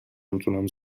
میتونم